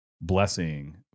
blessing